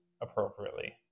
appropriately